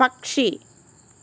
പക്ഷി